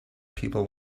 people